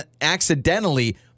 accidentally